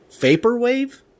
Vaporwave